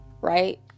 right